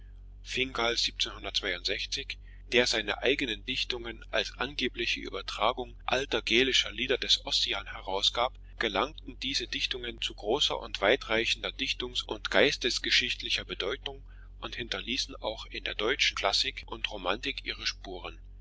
der seine eigenen dichtungen als angebliche übertragung alter gälischer lieder des ossian herausgab gelangten diese dichtungen zu großer und weitreichender dichtungs und geistesgeschichtlicher bedeutung und hinterließen auch in der deutschen klassik und romantik ihre spuren